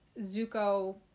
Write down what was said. Zuko